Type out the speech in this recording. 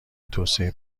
توسعه